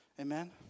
Amen